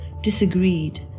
disagreed